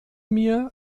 mir